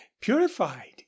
purified